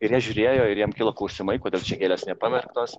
ir jie žiūrėjo ir jiem kilo klausimai kodėl čia gėlės nepamerktos